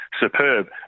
superb